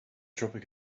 tropic